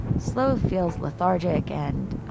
slow feels lethargic and